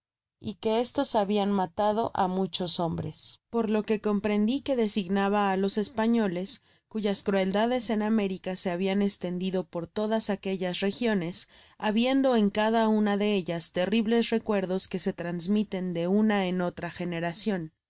y que estos habian matado á muchos hombres por lo que comprendi que designaba á los españoles cuyas crueldades en américa se han estendido por todas aquellas regiones habiendo en cada una de ellas terribles recuerdos que se trasmiten de una en etra